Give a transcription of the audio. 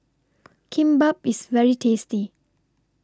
Kimbap IS very tasty